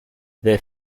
their